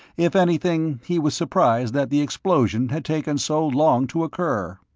if anything, he was surprised that the explosion had taken so long to occur.